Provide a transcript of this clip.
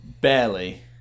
barely